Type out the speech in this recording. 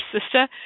sister